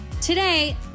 Today